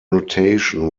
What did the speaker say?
notation